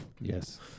Yes